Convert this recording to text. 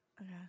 Okay